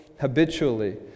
habitually